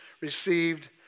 received